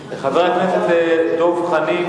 חבר הכנסת דב חנין,